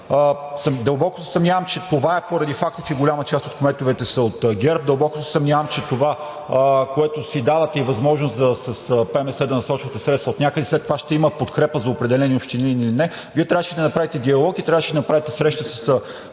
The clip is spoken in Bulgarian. дълбоко се съмнявам, че това е поради факта, че голяма част от кметовете са от ГЕРБ, дълбоко се съмнявам, че това, с което си давате възможност с ПМС да насочвате средства отнякъде, след това ще има подкрепа за определени общини или не, Вие трябваше да направите диалог и трябваше да направите среща